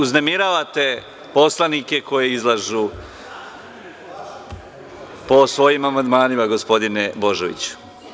Uznemiravate poslanike koji izlažu o svojim amandmanima gospodine Božoviću.